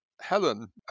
Helen